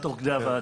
תוך כדי הוועדה.